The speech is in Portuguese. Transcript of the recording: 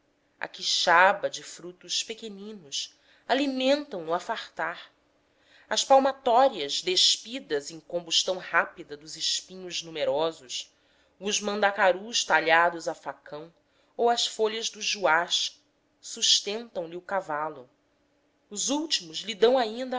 a quixaba de frutos pequeninos alimentam no a fartar as palmatórias despidas em combustão rápida dos espinhos numerosos os mandacarus talhados a facão ou as folhas dos juás sustentam lhe o cavalo os últimos lhe dão ainda